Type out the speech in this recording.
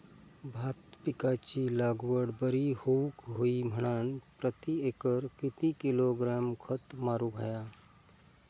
भात पिकाची लागवड बरी होऊक होई म्हणान प्रति एकर किती किलोग्रॅम खत मारुक होया?